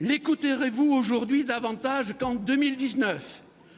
L'écouterez-vous davantage aujourd'hui qu'en 2019 ?